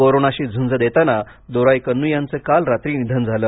कोरोंनाशी झुंज देताना दोराईकन्नू यांच काल रात्री निधन झालं